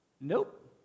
Nope